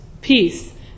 peace